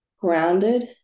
grounded